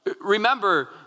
Remember